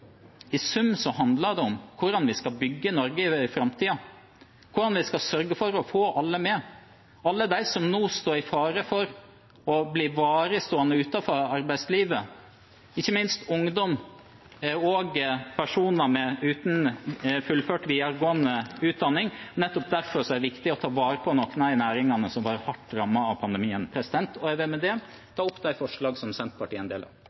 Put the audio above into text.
få alle med, alle de som nå står i fare for å bli stående varig utenfor arbeidslivet, ikke minst ungdom og personer uten fullført videregående utdanning. Nettopp derfor er det viktig å ta vare på noen av de næringene som har vært hardt rammet av pandemien. Jeg vil med det ta opp de forslagene som Senterpartiet er alene om eller en del av.